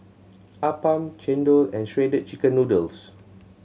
appam chendol and Shredded Chicken Noodles